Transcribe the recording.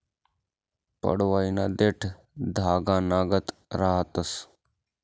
पडवयना देठं धागानागत रहातंस